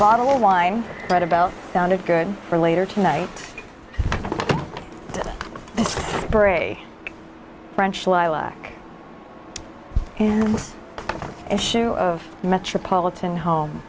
bottle of wine right about sounded good for later tonight bray french lilac an issue of metropolitan home